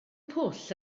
pwll